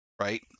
right